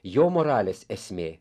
jo moralės esmė